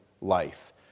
life